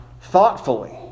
thoughtfully